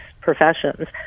professions